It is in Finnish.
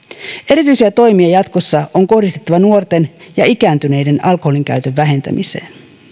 erityisiä toimia jatkossa on kohdistettava nuorten ja ikääntyneiden alkoholinkäytön vähentämiseen